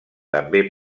també